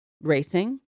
racing